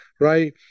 right